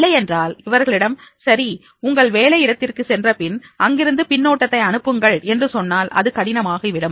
இல்லையென்றால் அவர்களிடம் சரி உங்கள் வேலை இடத்திற்கு சென்ற பின் அங்கிருந்து பின்னூட்டத்தை அனுப்புங்கள் என்று சொன்னால் அது கடினமாகிவிடும்